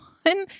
one